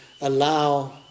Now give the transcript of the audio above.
allow